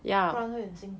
不然会很辛苦